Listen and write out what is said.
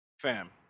Fam